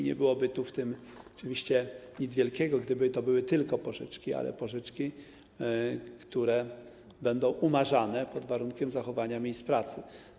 Nie byłoby w tym oczywiście nic wielkiego, gdyby to były tylko pożyczki, ale to pożyczki, które będą umarzane pod warunkiem zachowania miejsc pracy.